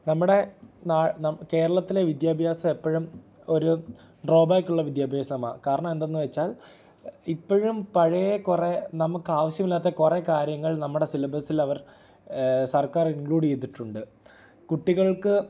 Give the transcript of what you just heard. നമ്മുടെ നാ നം കേരളത്തിലെ വിദ്യാഭ്യാസം എപ്പോഴും ഒരു ഡ്രോ ബാക്കുള്ള വിദ്യാഭ്യാസമാണ് കാരണം എന്തെന്ന് വെച്ചാൽ ഇപ്പോഴും പഴയ കുറെ നമുക്ക് ആവശ്യമില്ലാത്ത കുറെ കാര്യങ്ങൾ നമ്മുടെ സിലബസിൽ അവർ സർക്കാർ ഇൻക്ലൂഡ് ചെയ്തിട്ടുണ്ട് കുട്ടികൾക്ക്